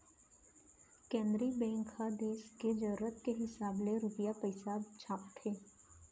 केंद्रीय बेंक ह देस के जरूरत के हिसाब ले रूपिया पइसा छापथे